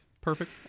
perfect